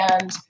And-